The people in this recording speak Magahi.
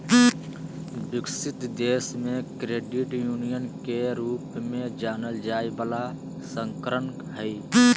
विकसित देश मे क्रेडिट यूनियन के रूप में जानल जाय बला संस्करण हइ